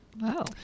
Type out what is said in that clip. Wow